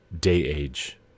day-age